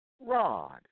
rod